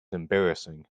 embarrassing